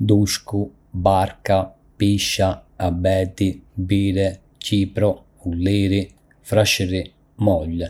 Ka shumë lloje pemësh, si dushku, barka, pisha, abeti, bire, qipro, ulliri, frashëri dhe mollë. Çdo pemë ka karakteristikat e saj unike dhe kontribuon në ekosistem në mënyra të ndryshme.